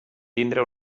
tindre